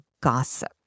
gossip